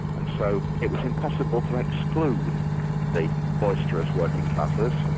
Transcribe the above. and so it was impossible to exclude the boisterous working classes.